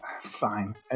Fine